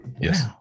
yes